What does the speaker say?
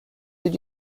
did